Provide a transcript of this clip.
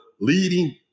leading